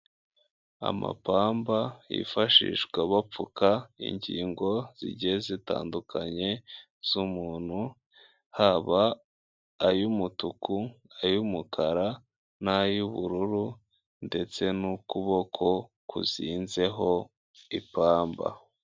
Amapamba yifashishwa bapfuka ingingo zigiye zitandukanye z'umuntu haba ay'umutuku, ay'umukara, n'ay'ubururu ndetse n'ukuboko kuzinzeho ipamba.